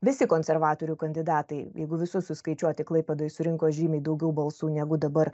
visi konservatorių kandidatai jeigu visus suskaičiuoti klaipėdoj surinko žymiai daugiau balsų negu dabar